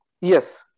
Yes